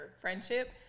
friendship